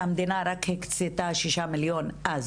שהמדינה הקצתה רק שישה מיליון אז